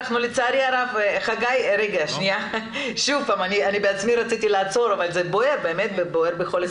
אני עצמי רציתי לעצור, אבל זה בוער בכל אחד מאתנו.